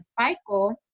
cycle